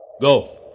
Go